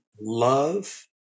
love